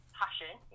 passion